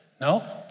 No